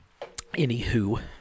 Anywho